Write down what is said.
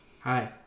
Hi